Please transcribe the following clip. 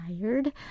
tired